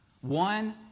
One